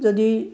যদি